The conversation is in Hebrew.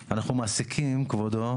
תודה.